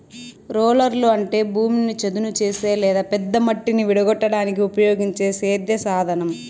రోలర్లు అంటే భూమిని చదును చేసే లేదా పెద్ద మట్టిని విడగొట్టడానికి ఉపయోగించే సేద్య సాధనం